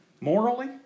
morally